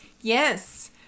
yes